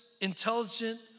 intelligent